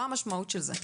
מה המשמעות של זה?